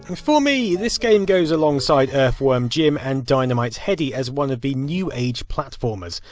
and for me, this game goes alongside earthworm jim and dynamite headdy as one of the new age platformers,